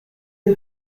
der